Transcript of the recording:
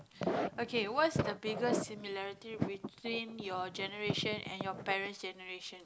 okay what's the biggest similarity between your generation and your parents generation